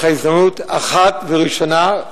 יש לך הזדמנות אחת וראשונה,